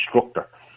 instructor